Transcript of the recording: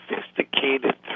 sophisticated